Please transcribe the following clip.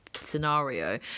scenario